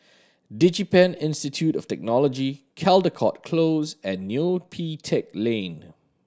DigiPen Institute of Technology Caldecott Close and Neo Pee Teck Lane